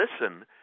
listen